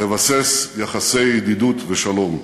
לבסס יחסי ידידות ושלום.